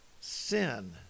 sin